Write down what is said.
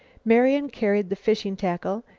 marian carried the fishing tackle,